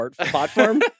platform